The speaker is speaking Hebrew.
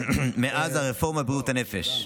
מאז הרפורמה בבריאות הנפש.